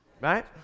Right